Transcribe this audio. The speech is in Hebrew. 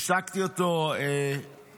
הפסקתי אותו באמצע,